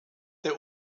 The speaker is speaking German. der